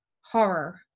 horror